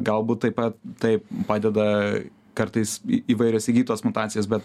galbūt taip pat taip padeda kartais įvairios įgytos mutacijos bet